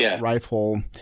rifle